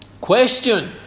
question